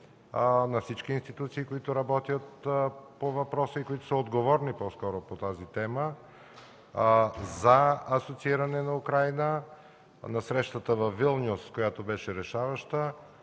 на всички институции, които работят по въпроса и са отговорни по тази тема, за асоцииране на Украйна. На срещата във Вилнюс, която беше решаваща,